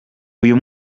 uyu